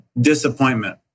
disappointment